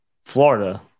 Florida